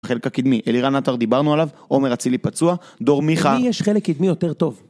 חלק הקדמי, אלירן אתר דיברנו עליו, עומר אצילי פצוע, דור מיכה, למי יש חלק קדמי יותר טוב?